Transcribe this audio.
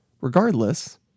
Regardless